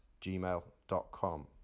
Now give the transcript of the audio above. gmail.com